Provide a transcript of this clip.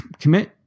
commit